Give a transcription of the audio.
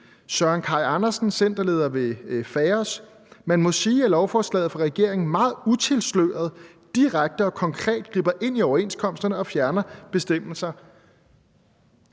Søren Kaj Andersen, centerleder ved FAOS, siger: »Man må sige, at lovforslaget fra regeringen meget utilsløret, direkte og konkret griber ind i overenskomsterne og fjerner bestemmelser